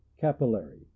capillary